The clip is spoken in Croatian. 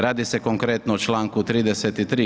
Radi se konkretno o članku 33.